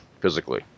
physically